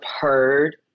heard